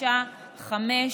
שעונשה חמש